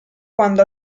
quando